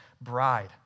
bride